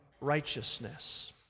righteousness